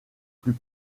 plus